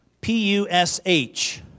P-U-S-H